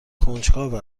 کنجکاو